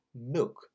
milk